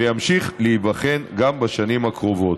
וימשיך להיבחן גם בשנים הקרובות.